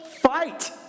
Fight